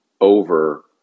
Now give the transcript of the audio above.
over